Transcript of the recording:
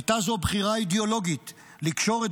הייתה זו בחירה אידיאולוגית לקשור את